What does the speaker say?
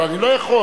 אבל אני לא יכול,